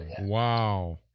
Wow